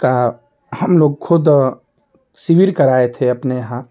का हम लोग खुद शिविर कराए थे अपने यहाँ